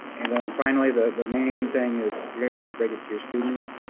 and then finally, the main thing is you're gonna have to break it to your students.